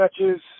matches